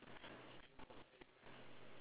three